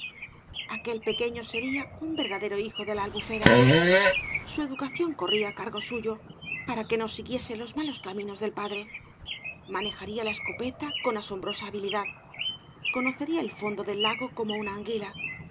los amigos aquel pequeño sería un verdadero hijo de la albufera su educación corría á cargo suyo para que no siguiese los malos caminos del padre manejaría la escopeta con asombrosa habilidad conocería el fondo del lago como una anguila